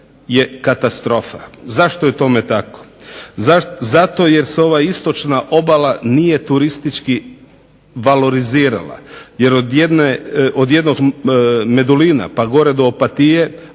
je katastrofa. Zašto je tome tako? Zato jer se ova istočna obala nije turistički valorizirala, jer od jednog Medulina pa do Opatije,